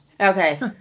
Okay